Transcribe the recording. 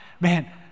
man